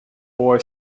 boy